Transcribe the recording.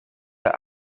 the